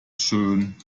schön